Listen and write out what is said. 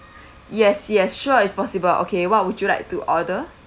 yes yes sure it's possible okay what would you like to order